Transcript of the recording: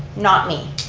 not me.